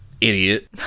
idiot